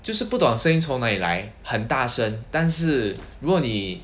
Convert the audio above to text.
就是不懂声音从哪里来很大声但是如果你